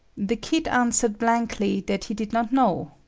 the kid answered blankly that he did not know.